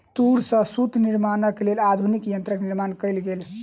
तूर सॅ सूत निर्माणक लेल आधुनिक यंत्रक निर्माण कयल गेल